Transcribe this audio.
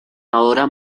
ahora